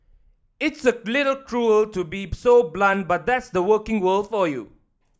it's a little cruel to be so blunt but that's the working world for you